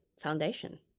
foundation